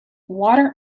water